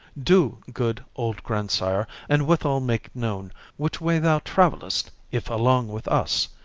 do, good old grandsire, and withal make known which way thou travellest if along with us,